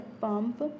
pump